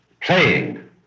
playing